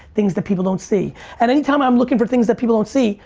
things that people don't see and any time i'm looking for things that people don't see,